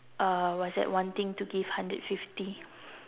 uh what's that wanting to give hundred fifty